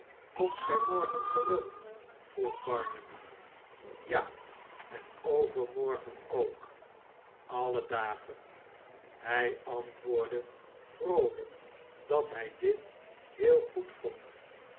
komt gij morgen rerug vroeg barnaby ja en overmorgeri ook alle dagen hij antwoordde vroolijk dat hij dit heel goed vond